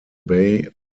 bay